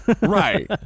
right